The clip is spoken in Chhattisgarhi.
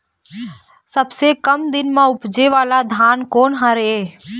सबसे कम दिन म उपजे वाला धान कोन हर ये?